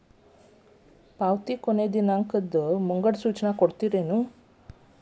ಪಾವತಿ ಕೊನೆ ದಿನಾಂಕದ್ದು ಮುಂಗಡ ಸೂಚನಾ ಕೊಡ್ತೇರೇನು?